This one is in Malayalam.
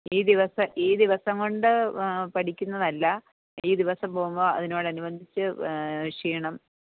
ഈ ദിവസം ഈ ദിവസം കൊണ്ട് പഠിക്കുന്നതല്ല ഈ ദിവസം പോകുമ്പോൾ അതിനോട് അനുബന്ധിച്ച് ക്ഷീണം